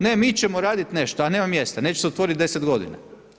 Ne mi ćemo radit nešto, a nema mjesta, neće se otvorit 10 godina.